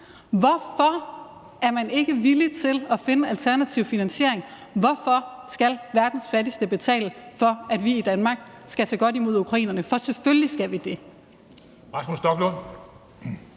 Hvorfor er man ikke villig til at finde en alternativ finansiering? Hvorfor skal verdens fattigste betale for, at vi i Danmark skal tage godt imod ukrainerne? For selvfølgelig skal vi gøre